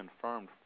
confirmed